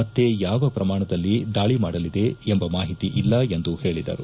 ಮತ್ತೆ ಯಾವ ಪ್ರಮಾಣದಲ್ಲಿ ದಾಳಿ ಮಾಡಲಿದೆ ಎಂಬ ಮಾಹಿತಿ ಇಲ್ಲ ಎಂದು ಹೇಳಿದರು